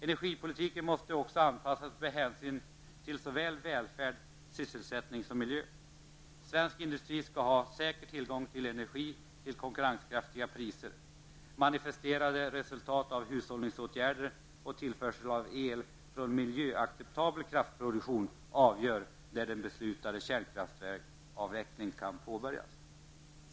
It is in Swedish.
Energipolitiken måste också anpassas med hänsyn till såväl välfärd, sysselsättning som miljö. Svensk industri skall ha säker tillgång till energi till konkurrenskraftiga priser. Manifesterade resultat av hushållningsåtgärder och tillförsel av el från miljöacceptabel kraftproduktion avgör när den beslutade kärnkraftsavvecklingen kan påbörjas.